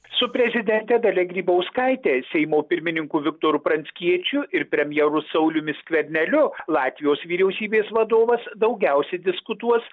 su prezidente dalia grybauskaitė seimo pirmininku viktoru pranckiečiu ir premjeru sauliumi skverneliu latvijos vyriausybės vadovas daugiausiai diskutuos